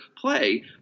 play